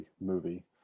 movie